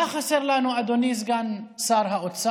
מה חסר לנו, אדוני סגן האוצר?